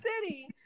city